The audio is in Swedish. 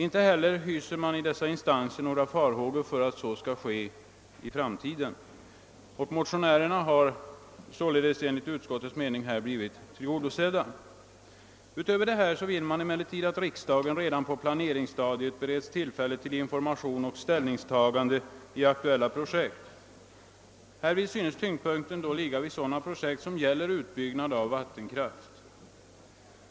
Inte heller hyser dessa instanser några farhågor för att så kommer att ske i framtiden. Motionernas syfte i detta avseende är således enligt utskottets mening tillgodosett. Motionärerna vill emellertid också att riksdagen redan på planeringsstadiet skall beredas tillfälle till information om och ställningstagande till aktuella projekt. Härvid synes tyngdpunkten ligga på sådana projekt som gäller utbyggnad av vattenkraft.